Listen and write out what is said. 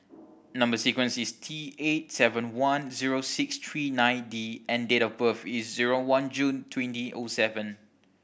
number sequence is T eight seven one zero six three nine D and date of birth is zero one June twenty O seven